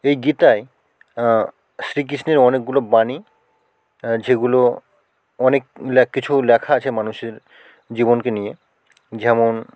এই গীতায় শ্রীকৃষ্ণের অনেকগুলো বাণী যেগুলো অনেক কিছু লেখা আছে মানুষের জীবনকে নিয়ে যেমন